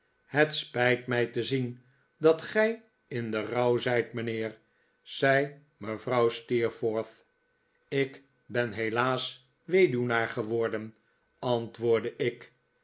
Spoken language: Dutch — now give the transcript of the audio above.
het s pijt mij te zien dat gij in den rouw zijt mijnheer zei mevrouw steerforth ik ben helaas weduwnaar geworden antwoordde ik